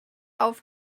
auf